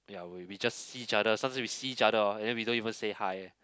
ya we we just see each other some say we see each other hor then we don't even say hi eh